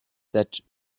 that